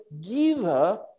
giver